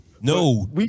No